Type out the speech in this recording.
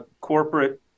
corporate